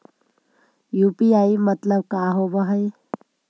UPI मतलब का होब हइ?